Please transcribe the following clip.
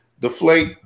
deflate